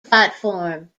platform